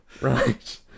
right